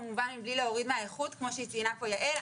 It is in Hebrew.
כמובן מבלי להוריד מהאיכות כמו שציינה פה יעל,